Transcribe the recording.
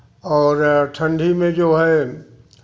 और ठंडी में जो है